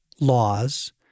laws